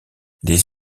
les